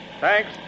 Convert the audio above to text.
Thanks